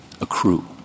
accrue